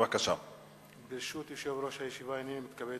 ברשות יושב-ראש הישיבה, הנני מתכבד